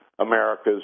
America's